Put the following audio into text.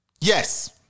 Yes